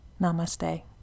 namaste